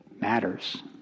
matters